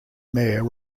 mayor